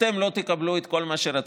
ואתם לא תקבלו את כל מה שרציתם.